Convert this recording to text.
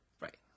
Right